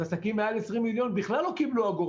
המצב שלך הוא לא כל כך פשוט.